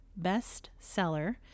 bestseller